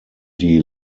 die